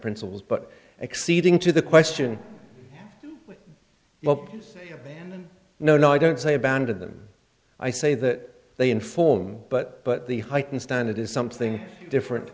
principles but exceeding to the question well no no i don't say abandon them i say that they inform but but the heightened standard is something different